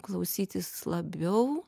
klausytis labiau